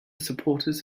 supporters